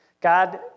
God